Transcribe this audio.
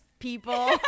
people